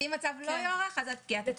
ואם הצו לא יוארך אז עד לפקיעת התוקף.